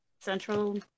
Central